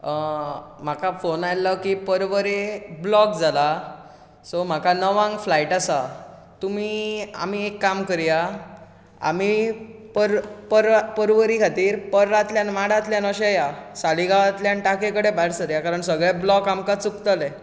म्हाका फोन आयिल्लो की परवरी ब्लॉक जाला सो म्हाका णवांक फ्लायट आसा तुमी आमी एक काम करया आमी पर पर्रा परवरी खातीर पर्रांतल्यान माडांतल्यान अशें या सालिगांवांतल्यान टाकये कडेन भायर सरया कारण सगळे ब्लॉक आमकां चुकतले